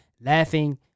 laughing